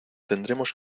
tendremos